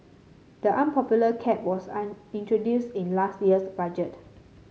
the unpopular cap was an introduced in last year's budget